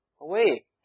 away